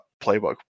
playbook